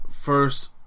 first